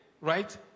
right